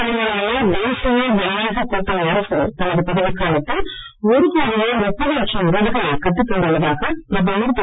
தலைமையிலான தேசிய ஜனநாயக கூட்டணி அரசு தனது பதவிக்காலத்தில் ஒரு கோடியே முப்பது லட்சம் வீடுகளை கட்டித்தந்துள்ளதாக பிரதமர் திரு